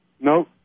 No